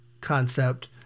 concept